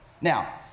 Now